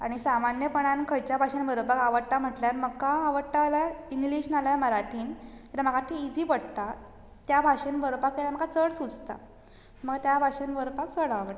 आनी सामान्यपणान खंयच्या भाशेंत बरोवपाक आवडटा म्हणल्यार म्हाका आवडटा जाल्यार इंग्लीश ना जाल्यार मराठीन कित्याक म्हाका तें इजी पडटा त्या भाशेन बरोवपाक गेल्यार म्हाका चड सुचता म्हाका त्या भाशेन बरोवपाक चड आवडटा